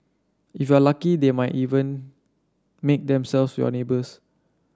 if you are lucky they might even make themselves your neighbours